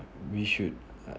we should uh